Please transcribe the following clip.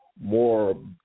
more